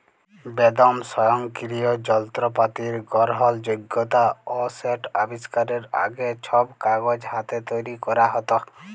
বেদম স্বয়ংকিরিয় জলত্রপাতির গরহলযগ্যতা অ সেট আবিষ্কারের আগে, ছব কাগজ হাতে তৈরি ক্যরা হ্যত